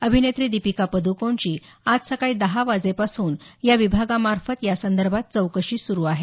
अभिनेत्री दीपिका पद्कोणची आज सकाळी दहा वाजेपासून या विभागामार्फत या संदर्भात चौकशी सुरू आहे